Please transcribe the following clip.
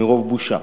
מרוב בושה.